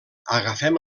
agafem